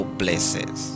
blesses